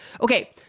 okay